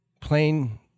plain